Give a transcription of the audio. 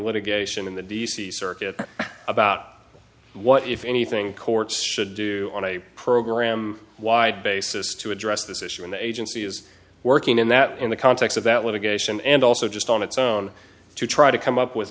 litigation in the d c circuit about what if anything courts should do on a program wide basis to address this issue in the agency is working in that in the context of that litigation and also just on its own to try to come up with